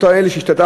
אותם אלה שהשתתפו,